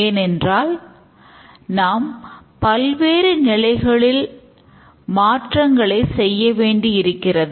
ஏனென்றால் நாம் பல்வேறு நிலைகளில் மாற்றங்களை செய்ய வேண்டியிருக்கிறது